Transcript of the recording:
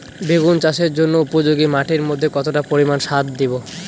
বেগুন চাষের জন্য উপযোগী মাটির মধ্যে কতটা পরিমান সার দেব?